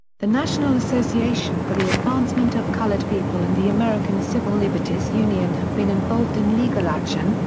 the national association for the advancement of colored people and the american civil liberties union have been involved in legal action,